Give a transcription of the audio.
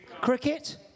Cricket